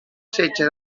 setge